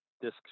disc